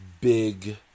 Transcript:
big